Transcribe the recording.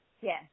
Yes